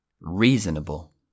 reasonable